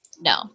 No